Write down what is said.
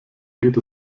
geht